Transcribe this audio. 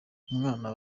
umwana